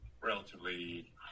relatively